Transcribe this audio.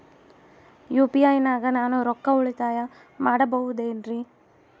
UPI ನಾಗ ನಾನು ರೊಕ್ಕ ಉಳಿತಾಯ ಮಾಡಬಹುದೇನ್ರಿ?